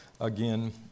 again